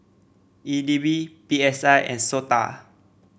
E D B P S I and SOTA